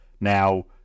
Now